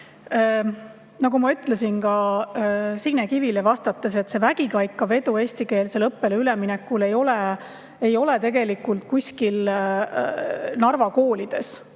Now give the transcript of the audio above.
Nagu ma ütlesin ka Signe Kivile vastates, see vägikaikavedu eestikeelsele õppele üleminekul ei ole tegelikult kuskil Narva koolides